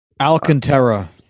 Alcantara